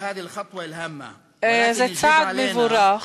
זה צעד מבורך,